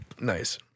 Nice